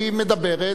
היא מדברת.